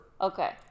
Okay